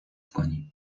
کنیم